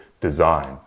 design